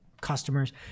customers